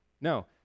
No